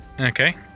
Okay